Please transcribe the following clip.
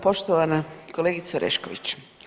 Poštovana kolegice Orešković.